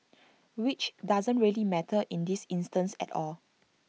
which doesn't really matter in this instance at all